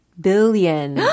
billion